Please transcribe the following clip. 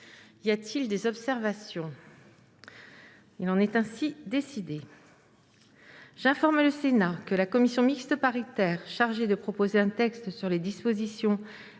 Y a-t-il des observations ?... Il en est ainsi décidé. J'informe le Sénat que la commission mixte paritaire chargée de proposer un texte sur les dispositions